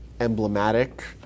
emblematic